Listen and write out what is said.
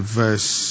verse